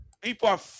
People